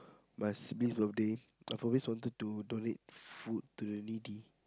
must this birthday I've always wanted to donate food to the needy